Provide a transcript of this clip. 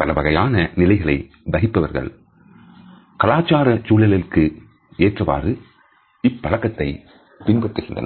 பலவகையான நிலைகளை வகிப்பவர்கள் கலாச்சார சூழலுக்கு ஏற்ப இப்பழக்கத்தை பின்பற்றுகின்றனர்